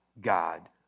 God